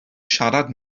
siarad